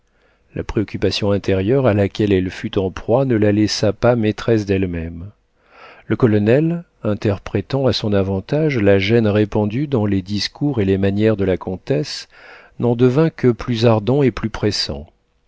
la préoccupation intérieure à laquelle elle fut en proie ne la laissa pas maîtresse d'elle-même le colonel interprétant à son avantage la gêne répandue dans les discours et les manières de la comtesse n'en devint que plus ardent et plus pressant